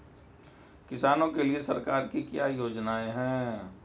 किसानों के लिए सरकार की क्या योजनाएं हैं?